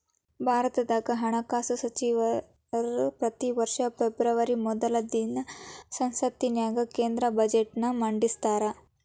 ಭಾರತದ ಹಣಕಾಸ ಸಚಿವರ ಪ್ರತಿ ವರ್ಷ ಫೆಬ್ರವರಿ ಮೊದಲ ದಿನ ಸಂಸತ್ತಿನ್ಯಾಗ ಕೇಂದ್ರ ಬಜೆಟ್ನ ಮಂಡಿಸ್ತಾರ